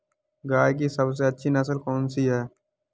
गाय की सबसे अच्छी नस्ल कौनसी है?